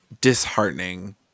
disheartening